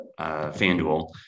FanDuel